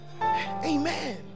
amen